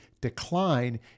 decline